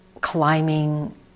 climbing